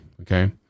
Okay